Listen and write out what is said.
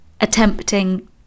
attempting